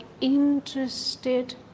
interested